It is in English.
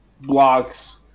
blocks